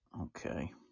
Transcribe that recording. Okay